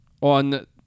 on